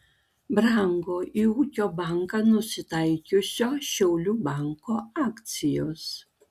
brango į ūkio banką nusitaikiusio šiaulių banko akcijos